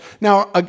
now